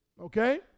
Okay